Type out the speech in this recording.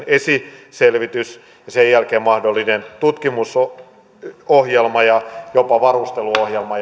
esiselvitys ja sen jälkeen mahdollinen tutkimusohjelma ja jopa varusteluohjelma